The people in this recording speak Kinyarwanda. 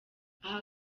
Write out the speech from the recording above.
aha